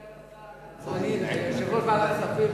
יושב-ראש ועדת כספים,